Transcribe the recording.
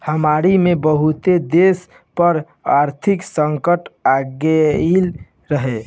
महामारी में बहुते देस पअ आर्थिक संकट आगई रहे